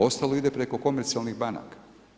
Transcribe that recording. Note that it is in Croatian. Ostalo ide preko komercijalnih banaka.